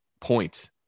point